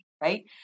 right